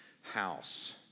house